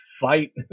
fight